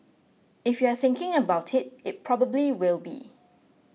if you're thinking about it it probably will be